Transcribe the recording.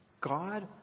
God